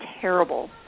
terrible